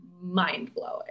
mind-blowing